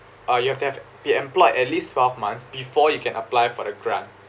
or you have to have be employed at least twelve months before you can apply for the grant